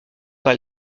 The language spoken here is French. par